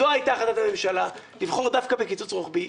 זו הייתה החלטת הממשלה, לבחור דווקא בקיצוץ רוחבי.